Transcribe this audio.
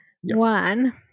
One